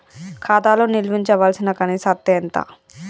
ఖాతా లో నిల్వుంచవలసిన కనీస అత్తే ఎంత?